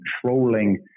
controlling